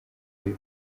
bibi